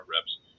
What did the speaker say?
reps